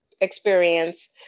experience